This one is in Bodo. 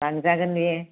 लांजागोन बेयो